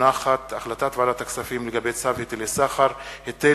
החלטת ועדת הכספים לגבי צו היטלי סחר (היטל